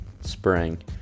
spring